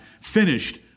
finished